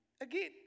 again